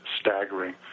staggering